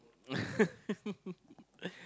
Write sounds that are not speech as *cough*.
*laughs*